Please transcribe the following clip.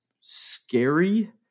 scary